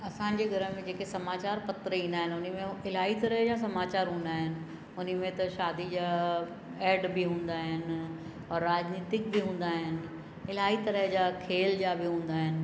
असांजे घर में जेके समाचार पत्र ईंदा आहिनि उन में इलाही तरह जा समाचार हूंदा आहिनि हुन में त शादी जा एड बि हूंदा आहिनि औरि राजनीतिक बि हूंदा आहिनि इलाही तरह जा खेल जा बि हूंदा आहिनि